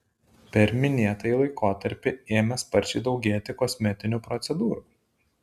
per minėtąjį laikotarpį ėmė sparčiai daugėti kosmetinių procedūrų